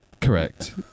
Correct